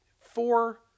Four